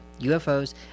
UFOs